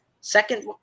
Second